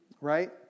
right